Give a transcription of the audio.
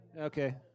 Okay